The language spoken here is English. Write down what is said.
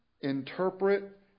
interpret